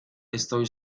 estoy